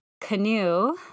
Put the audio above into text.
canoe